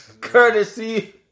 courtesy